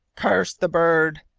curse the bird!